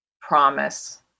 promise